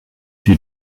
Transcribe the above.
die